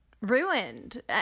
ruined